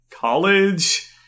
college